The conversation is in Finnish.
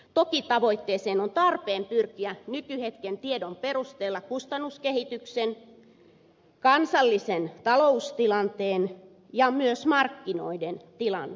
toki tavoitteeseen on tarpeen pyrkiä nykyhetken tiedon perusteella kustannuskehitys kansallinen taloustilanne ja myös markkinoiden tila huomioon ottaen